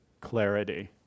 clarity